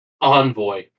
Envoy